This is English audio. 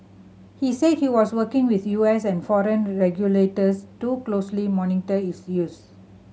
he said he was working with U S and foreign regulators to closely monitor its use